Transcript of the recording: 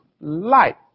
light